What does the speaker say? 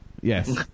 yes